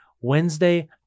wednesday